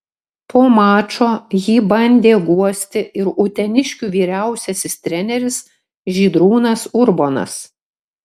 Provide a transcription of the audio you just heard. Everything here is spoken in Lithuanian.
po mačo jį bandė guosti ir uteniškių vyriausiasis treneris žydrūnas urbonas